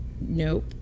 nope